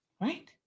Right